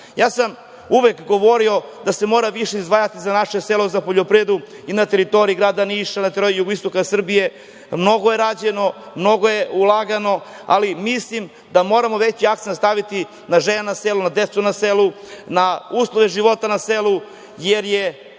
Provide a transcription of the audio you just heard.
sam uvek govorio da se mora više izdvajati za naše selo, za poljoprivredu i na teritoriji grada Niša, na teritoriji jugoistoka Srbije. Mnogo je rađeno, mnogo je ulagano, ali mislim da moramo veći akcenat staviti na žene na selu, na decu na selu, na uslove života na selu, jer je